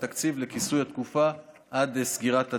התקציב לכיסוי התקופה עד לסגירת התמחור.